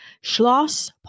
Schloss